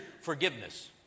forgiveness